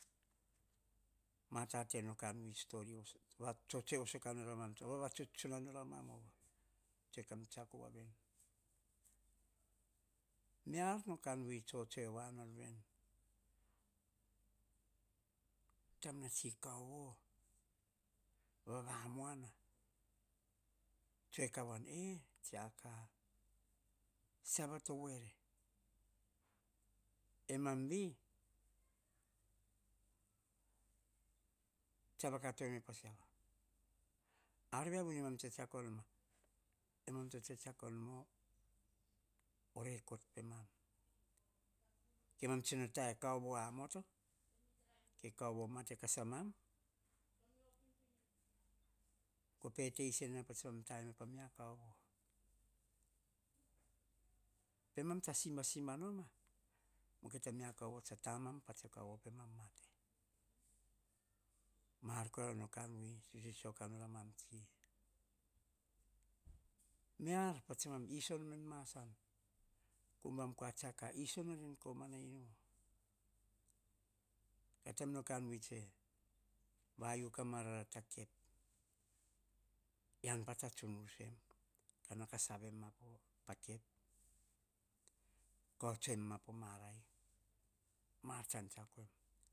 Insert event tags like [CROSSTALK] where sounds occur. Mate no kan vui [UNINTELLIGIBLE] no kan vui vavatuts noramam, tose tsam tsiako voa veni. Miar no kain vui tsotsoe voan nor vene taim vetsi kaovo vamoana tsoe ka noan vo-e, tsiaka siava to voere, emam vi tsa vakato eme pasiava, ar viavu nemam tsetsako noma? Amam to tsetsako noma o recot pemam kemam tsi ta kaovo, tsiwo mate kas amam, ko pe te isi ena pemam pa te eme pemia kaovo.